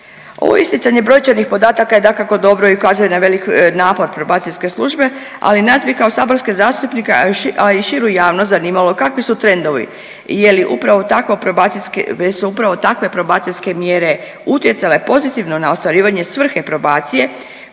Ovo isticanje brojčanih podataka je dakako dobro i ukazuje na veliki napor probacijske službe, ali nas bi kao saborske zastupnike, a i širu javnost zanimalo kakvi su trendovi je li upravo takva probacijska, jesu upravo takve probacijske mjere utjecale pozitivno na ostvarivanje svrhe probacije